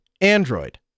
Android